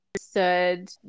understood